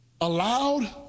allowed